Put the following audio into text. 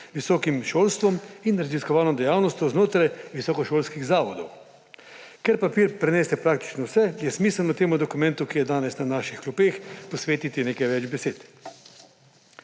visokim šolstvom in raziskovalno dejavnostjo znotraj visokošolskih zavodov. Ker papir prenese praktično vse, je smiselno temu dokumentu, ki je danes na naših klopeh, posvetiti nekaj več besed.